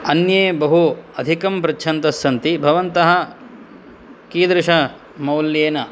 अन्ये बहु अधिकं पृच्छन्तस्सन्ति भवन्तः कीदृशमौल्येन